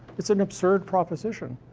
it's an absurd proposition.